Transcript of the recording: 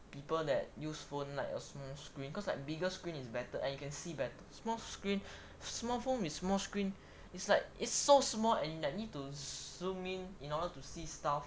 people that use phone like a small screen because like bigger screen is better and you can see better small screen small phone with small screen is like it's so small and like need to zoom in in order to see stuff